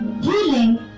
healing